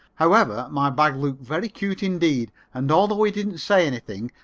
however, my bag looked very cute indeed, and although he didn't say anything,